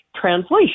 translation